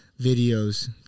videos